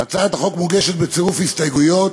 הצעת החוק מוגשת בצירוף הסתייגויות.